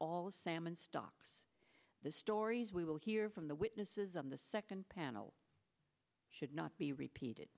all the salmon stocks the stories we will hear from the witnesses on the second panel should not be repeated